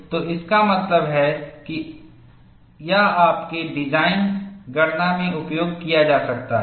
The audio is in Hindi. तो इसका मतलब है कि यह आपके डिज़ाइन गणना में उपयोग किया जा सकता है